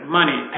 money